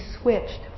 switched